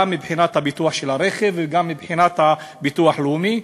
גם מבחינת הביטוח של הרכב וגם מבחינת הביטוח הלאומי,